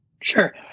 Sure